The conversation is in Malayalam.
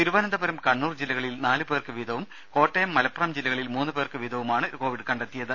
തിരുവനന്തപുരം കണ്ണൂർ ജില്ലകളിൽ നാലു പേർക്ക് വീതവും കോട്ടയം മലപ്പുറം ജില്ലകളിൽ മൂന്നു പേർക്ക് വീതവുമാണ് കോവിഡ് കണ്ടെത്തിയത്